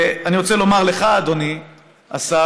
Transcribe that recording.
ואני רוצה לומר לך, אדוני השר,